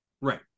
Right